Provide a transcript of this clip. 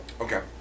Okay